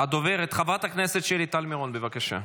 הדוברת חברת הכנסת שלי טל מירון, בבקשה.